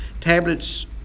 tablets